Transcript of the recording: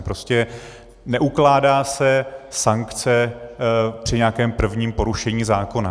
Prostě neukládá se sankce při nějakém prvním porušení zákona.